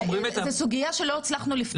זאת סוגייה שלא הצלחנו לפתור אותה.